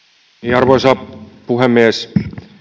arvoisa puhemies